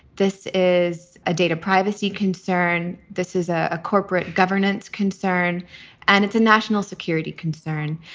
this is a data privacy concern. this is a a corporate governance concern and it's a national security concern.